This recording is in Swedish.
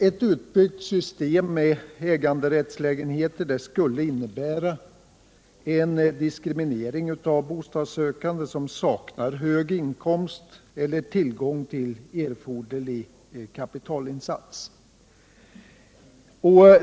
Ett utbyggt system med äganderättslägenheter skulle innebära en diskriminering av bostadssökande som saknar hög inkomst eller tillgång till erforderlig kapitalinsats.